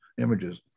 images